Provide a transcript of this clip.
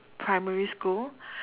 primary school